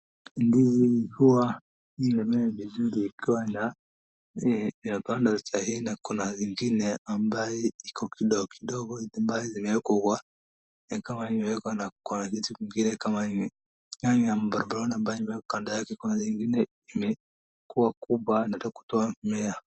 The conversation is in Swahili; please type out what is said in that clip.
Ndizi hua inamea vizuri ikiwa na zile imepandwa sahii na kuna ingine ambayo iko kidogo kidogo ikiwa imewekwa kwa, ikiwa imewekwa na kwa vitu ingine kama imeabururiwa imepandwa kando yake kwa zingine imekua kubwa inataka kutoa mmea.